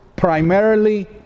Primarily